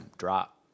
drop